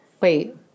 Wait